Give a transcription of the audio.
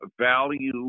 value